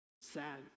sad